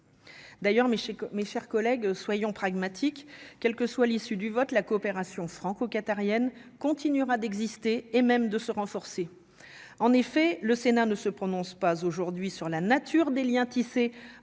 sais que mes chers collègues, soyons pragmatiques, quelle que soit l'issue du vote, la coopération franco-qatarienne continuera d'exister, et même de se renforcer en effet le sénat ne se prononce pas aujourd'hui sur la nature des Liens tissés